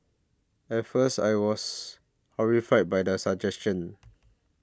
at first I was horrified by the suggestion